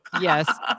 Yes